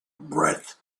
breath